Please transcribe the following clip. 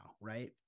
Right